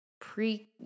pre